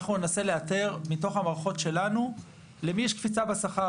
אנחנו ננסה לאתר מתוך המערכות שלנו למי יש קפיצה בשכר.